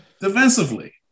Defensively